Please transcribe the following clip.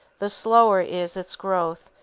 the slower is its growth,